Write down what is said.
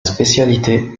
spécialité